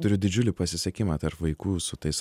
turiu didžiulį pasisekimą tarp vaikų su tais